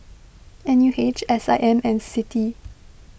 N U H S I M and Citi